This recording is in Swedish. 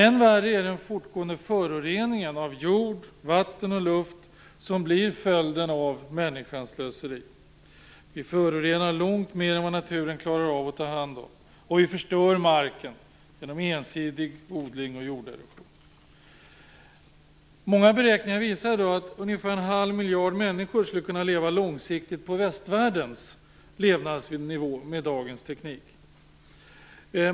Än värre är den fortgående föroreningen av jord, vatten och luft som blir följden av människans slöseri. Vi förorenar långt mer än vad naturen klarar av att ta hand om, och vi förstör marken genom ensidig odling och jorderosion. Många beräkningar visar i dag att ungefär en halv miljard människor skulle kunna leva långsiktigt på västvärldens levnadsnivå med dagens teknik.